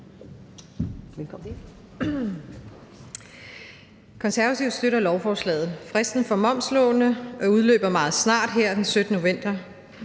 Konservative støtter lovforslaget. Fristen for momslånene udløber meget snart, nemlig her den 17. november.